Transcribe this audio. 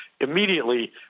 immediately